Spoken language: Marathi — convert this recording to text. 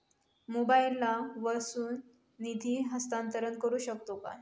मोबाईला वर्सून निधी हस्तांतरण करू शकतो काय?